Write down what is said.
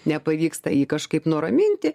nepavyksta jį kažkaip nuraminti